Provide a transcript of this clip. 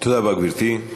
תודה רבה, גברתי.